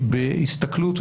בהסתכלות,